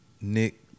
Nick